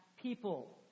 people